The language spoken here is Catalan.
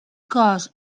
cos